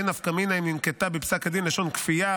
ואין נפקא מינה אם ננקטה בפסק הדין לשון כפייה,